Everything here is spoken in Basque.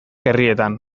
herrietan